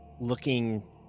looking